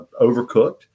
overcooked